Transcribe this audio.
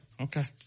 okay